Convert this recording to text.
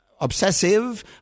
obsessive